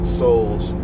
souls